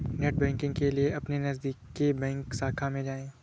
net banking के लिए अपने नजदीकी बैंक शाखा में जाए